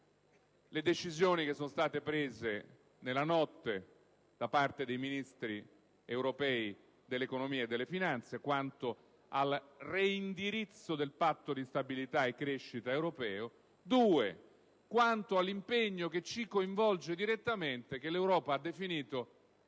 alle decisioni che sono state prese nella notte da parte dei Ministri europei dell'economia e delle finanze relativamente al reindirizzo del Patto di stabilità e crescita europeo e quanto all'impegno, che ci coinvolge direttamente, che l'Europa ha definito